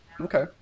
Okay